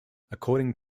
according